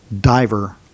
diver